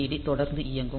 D தொடர்ந்து இயங்கும்